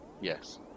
Yes